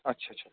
আচ্ছা আচ্ছা